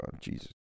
Jesus